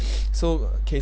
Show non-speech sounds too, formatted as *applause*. *noise* so ca~